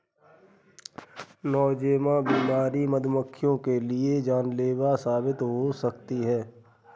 Nosema बीमारी मधुमक्खियों के लिए जानलेवा साबित हो सकती है